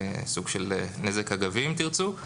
סוג של נזק אגבי אם תרצו.